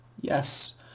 Yes